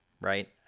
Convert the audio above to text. right